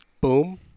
boom